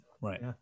Right